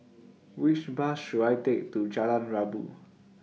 Which Bus should I Take to Jalan Rabu